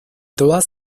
todas